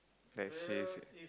that she's